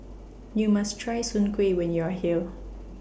YOU must Try Soon Kueh when YOU Are here